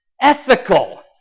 ethical